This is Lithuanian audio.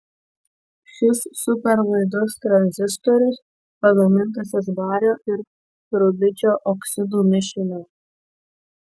šis superlaidus tranzistorius pagamintas iš bario ir rubidžio oksidų mišinio